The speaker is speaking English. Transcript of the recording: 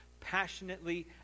passionately